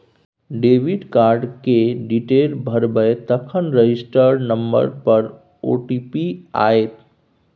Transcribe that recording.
debit card केर detail भरबै तखन रजिस्टर नंबर पर ओ.टी.पी आएत